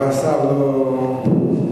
אבל השר לא מסכים,